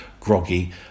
groggy